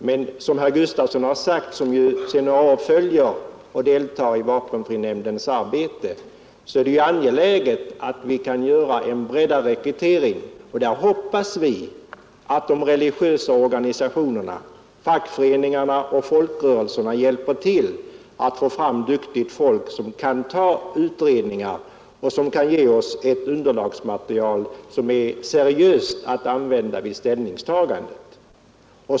Men som herr Åke Gustavsson, som ju sedan några år följer och deltar i vapenfrinämndens arbete, sade är det angeläget att vi kan få till stånd en breddad rekrytering. Vi hoppas att de religiösa organisationerna, fackföreningarna och folkrörelserna hjälper till att få fram duktigt folk som kan göra utredningar och som kan ge oss ett seriöst underlagsmaterial att använda vid ställningstagandet.